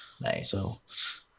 Nice